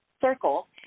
circle